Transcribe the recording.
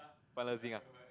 find Le Xing ah